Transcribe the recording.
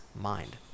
mind